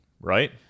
right